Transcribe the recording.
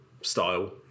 style